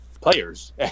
players